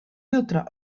jutra